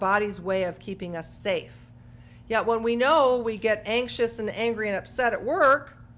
body's way of keeping us safe yet when we know we get anxious and angry and upset at work